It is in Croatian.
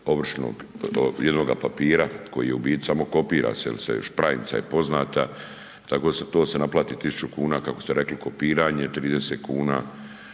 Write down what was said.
jednoga papira koji je u biti samo kopira se jer se špranca je poznata, tako da se to naplati 1.000 kuna, kako ste rekli kopiranje 30 kuna